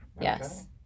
Yes